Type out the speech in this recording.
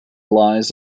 lies